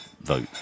vote